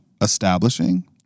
establishing